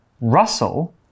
Russell